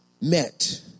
met